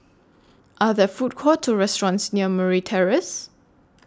Are There Food Courts Or restaurants near Murray Terrace